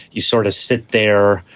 you sort of sit there,